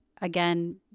again